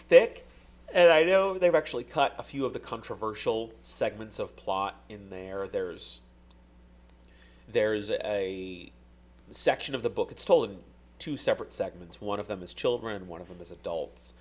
thick and i know they're actually cut a few of the controversial segments of plot in there or there's there is a section of the book it's told in two separate segments one of them is children and one of them is adults